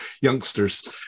youngsters